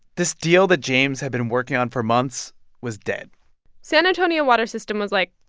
this deal that james had been working on for months was dead san antonio water system was like,